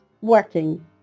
working